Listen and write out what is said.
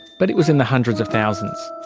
but it was in the hundreds of thousands.